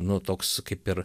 nu toks kaip ir